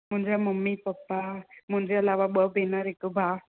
मुंहिंजा mummy papa मुंहिंजे अलावा ॿ भेनर हिकु भाउ